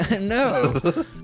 No